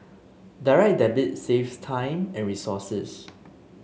Direct Debit saves time and resources